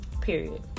Period